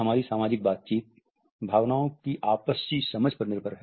हमारी सामाजिक बातचीत भावनाओं की आपसी समझ पर निर्भर है